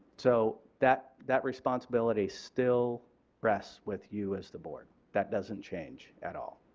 so that that responsibility still rests with you as the board that doesn't change at all.